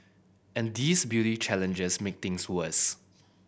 and these beauty challenges make things worse